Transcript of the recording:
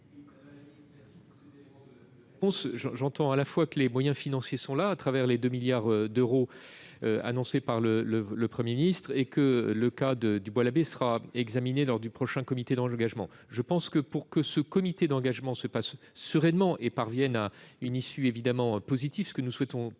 j'entends à la fois que les moyens financiers sont mobilisés au travers des 2 milliards d'euros annoncés par le Premier ministre et que le cas du Bois-l'Abbé sera examiné lors du prochain comité d'engagement ... Pour que ce comité d'engagement se passe sereinement et parvienne à l'issue positive que nous souhaitons tous,